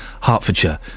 hertfordshire